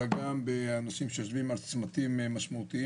אלא גם באנשים שיושבים על צמתים משמעותיים